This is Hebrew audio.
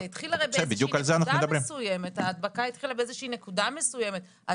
הרי ההדבקה התחילה בנקודה מסוימת,